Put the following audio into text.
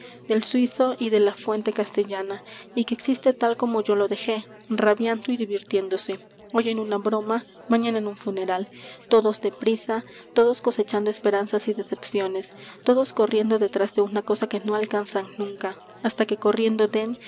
del suizo y de la fuente castellana y que existe tal como yo lo dejé rabiando y divirtiéndose hoy en una broma mañana en un funeral todos de prisa todos cosechando esperanzas y decepciones todos corriendo detrás de una cosa que no alcanzan nunca hasta que corriendo den